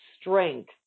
strength